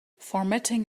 formatting